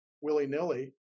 willy-nilly